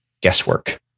guesswork